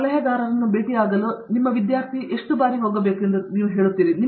ಸಲಹೆಗಾರರನ್ನು ಭೇಟಿಯಾಗಲು ನಿಮ್ಮ ವಿದ್ಯಾರ್ಥಿ ಎಷ್ಟು ಬಾರಿ ಎಂದು ನಿಮಗೆ ತಿಳಿದಿರಬೇಕು